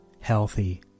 healthy